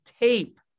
tape